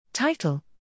Title